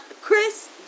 Chris